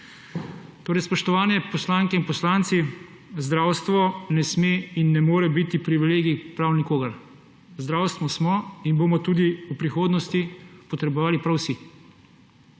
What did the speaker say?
delati. Spoštovane poslanke in poslanci, zdravstvo ne sme in ne more biti privilegij prav nikogar. Zdravstvo smo in bomo tudi v prihodnosti potrebovali prav vsi.